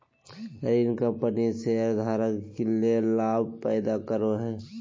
ऋण कंपनी शेयरधारक ले लाभ पैदा करो हइ